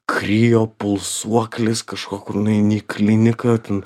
krijopulsuoklis kažko kur nueini į kliniką ten